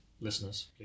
Listeners